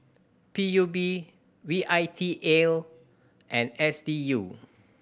P U B V I T L and S D U